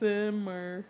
Simmer